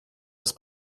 das